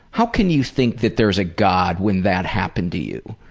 how can you think that there's a god when that happened to you?